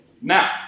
Now